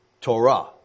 Torah